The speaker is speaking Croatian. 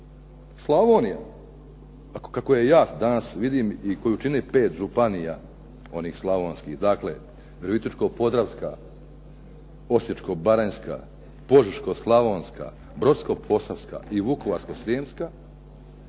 Slavonija onako kao ju ja danas vidim i koju čini 5 županija onih slavonskih, dakle Virovitičko-podravska, Osječko-baranjska, Požeško-slavonska, Brodsko-posavska i Vukovarsko-srijemska